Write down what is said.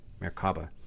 Merkaba